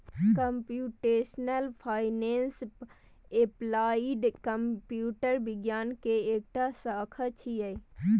computational finance applied computer विज्ञान के एकटा शाखा छियै